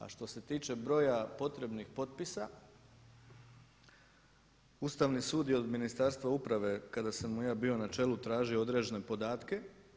A što se tiče broja potrebnih potpisa Ustavni sud je od Ministarstva uprave kada sam mu ja bio na čelu tražio određene podatke.